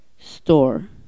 Store